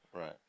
right